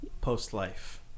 Post-life